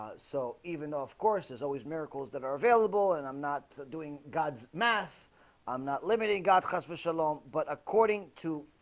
so even though of course is always miracles that are available, and i'm not doing god's math i'm not limiting god cos with shalom but according to